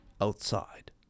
outside